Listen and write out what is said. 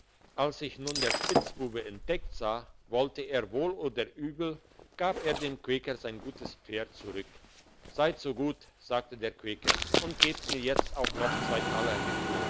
als sich nun der spitzbube entdeckt sah wollte er wohl oder übel gab er dem quäker sein gutes pferd zurück seid so gut sagte der quäker und gebt mir jetzt auch noch zwei taler